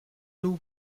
nous